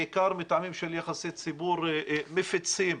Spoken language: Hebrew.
בעיקר מטעמים של יחסי ציבור, מפיצים,